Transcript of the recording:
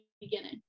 beginning